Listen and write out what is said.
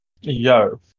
Yo